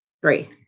Three